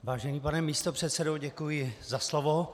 Vážený pane místopředsedo, děkuji za slovo.